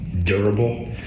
durable